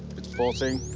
it's pulsing.